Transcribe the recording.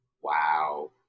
Wow